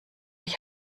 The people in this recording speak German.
ich